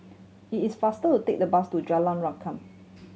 it is faster to take the bus to Jalan Rengkam